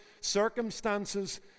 circumstances